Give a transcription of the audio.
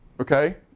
okay